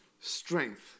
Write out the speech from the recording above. strength